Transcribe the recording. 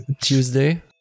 Tuesday